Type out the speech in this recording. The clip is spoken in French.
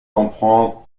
comprendre